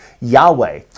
Yahweh